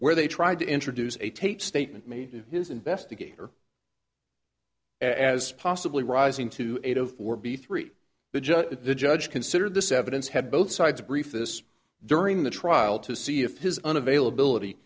where they tried to introduce a taped statement made to his investigator as possibly rising to eight zero four b three the judge the judge considered this evidence had both sides brief this during the trial to see if his own availability